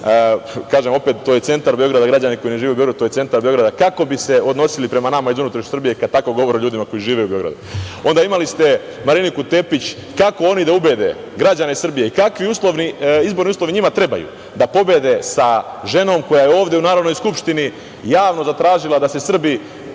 Kažem opet - to je centar Beograda, građani koji ne žive u Beogradu, to je centar Beograda. Kako bi se odnosili prema nama iz unutrašnjosti Srbije kad tako govore o ljudima koji žive u Beogradu? Onda ste imali Mariniku Tepić. Kako oni da ubede građane Srbije, kakvi izborni uslovi njima trebaju da pobede sa ženom koja je ovde u Narodnoj skupštini javno zatražila da se Srbi